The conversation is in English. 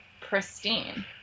pristine